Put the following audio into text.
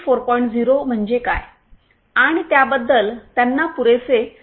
0 म्हणजे काय आणि त्याबद्दल त्यांना पुरेसे शिक्षित करणे